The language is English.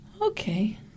Okay